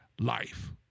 life